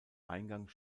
eingang